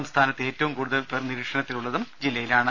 സംസ്ഥാനത്ത് ഏറ്റവും കൂടുതൽ പേർ നിരീക്ഷണത്തിലുളളതും ജില്ലയിലാണ്